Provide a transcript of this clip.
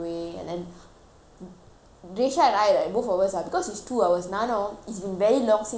reisha and I right both of us ah because it's two hours நானும்:naanum it's been very long since I taught tuition for so long right